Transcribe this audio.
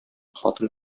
хатын